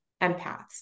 empaths